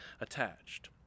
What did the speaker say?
attached